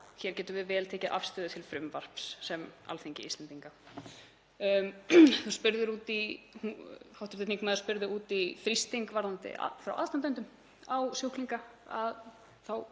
hér getum við vel tekið afstöðu til frumvarps sem Alþingi Íslendinga. Hv. þingmaður spurði út í þrýsting frá aðstandendum á sjúklinga,